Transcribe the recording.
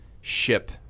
ship